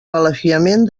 balafiament